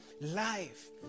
life